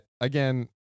again